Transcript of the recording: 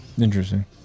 Interesting